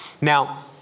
Now